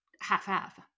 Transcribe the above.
half-half